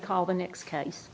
call the next case